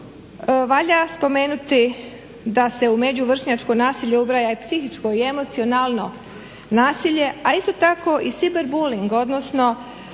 valja spomenuti da se u među-vršnjačko nasilje ubraja i psihičko i emocionalno nasilje, a isto tako cyber bulling, odnosno